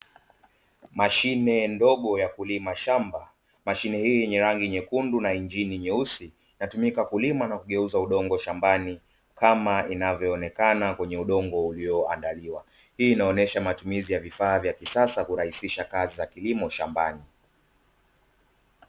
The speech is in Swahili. Mashine ndogo ya kulima shamba, mashine hii yenye rangi nyekundu na injini nyeusi inayotumika kulima na kugeuza udongo shambani, kama inavyoonekana kwenye udongo uliyoandaliwa, hii inaonesha matumizi ya vyombo vya kisasa katika kilimo shambani.